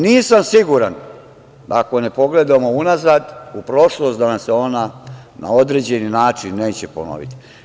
Nisam siguran, da ako ne pogledamo unazad u prošlost, da nam se ona na određeni način neće ponoviti.